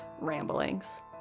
ramblings